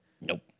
Nope